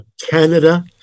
Canada